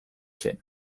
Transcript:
zen